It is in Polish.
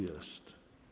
Jest.